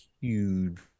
huge